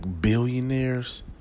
billionaires